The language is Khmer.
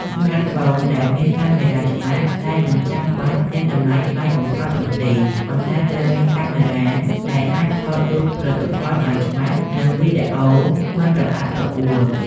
ស្មាតហ្វូនដែលមានកាមេរ៉ាច្បាស់ តែមិនចាំបាច់មានតម្លៃថ្លៃបំផុតនោះទេ ប៉ុន្តែត្រូវមានកាមេរ៉ាដែលអាចថតរូបផលិតផលបានច្បាស់ និងវីដេអូមិនរអាក់រអួល។